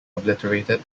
obliterated